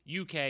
UK